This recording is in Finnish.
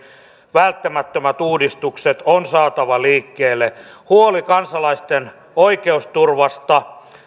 välttämättömät uudistukset on saatava liikkeelle huolet kansalaisten oikeusturvasta